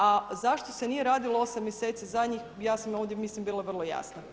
A zašto se nije radilo osam mjeseci zadnjih, ja sam ovdje mislim bila vrlo jasna.